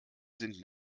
sind